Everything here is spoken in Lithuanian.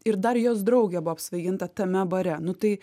ir dar jos draugė buvo apsvaiginta tame bare nu tai